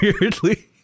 weirdly